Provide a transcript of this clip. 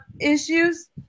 issues